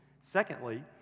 Secondly